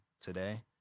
today